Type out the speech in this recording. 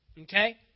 Okay